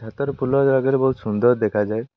ଛାତରେ ଫୁଲ ଆଗରେ ବହୁତ ସୁନ୍ଦର ଦେଖାଯାଏ